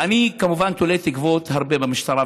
ואני כמובן תולה הרבה תקוות במשטרה,